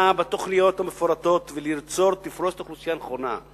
בתוכניות המפורטות וליצור תפרוסת אוכלוסייה נכונה,